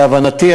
להבנתי,